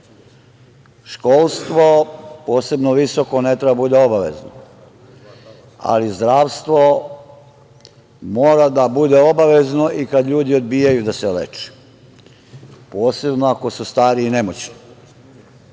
Školstvo, posebno visoko, ne treba da bude obavezno, ali zdravstvo, mora da bude obavezno i kada ljudi odbijaju da se leče, posebno ako su stari i nemoćni. Dame